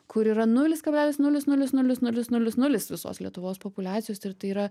kur yra nulis kablelis nulis nulis nulis nulis nulis nulis visos lietuvos populiacijos ir tai yra